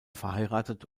verheiratet